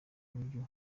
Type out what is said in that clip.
buryo